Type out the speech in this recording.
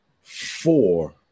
Four